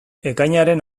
ekainaren